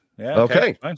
Okay